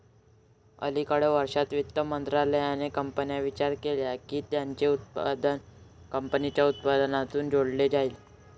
अलिकडे वर्षांत, वित्त मंत्रालयाने कंपन्यांचा विचार केला की त्यांचे उत्पन्न कंपनीच्या उत्पन्नात जोडले जाईल